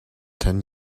ten